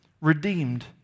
redeemed